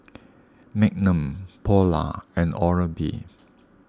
Magnum Polar and Oral B